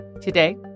Today